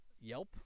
Yelp